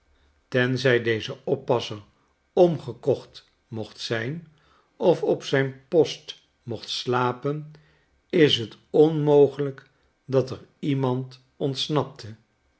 tenzij deze oppasser omgekocht mocht zijn of op zijn post mocht slapen is t onmogelyk dat er iemand ontsnappe